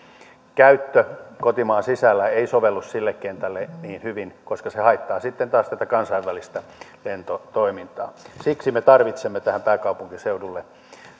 käyttö kotimaan sisällä ei sovellu sille kentälle niin hyvin koska se haittaa sitten taas tätä kansainvälistä lentotoimintaa siksi me tarvitsemme pääkaupunkiseudulle